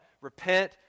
Repent